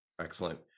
Excellent